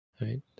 Right